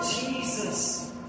Jesus